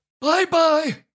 Bye-bye